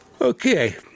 okay